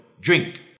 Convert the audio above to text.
drink